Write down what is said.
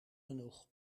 genoeg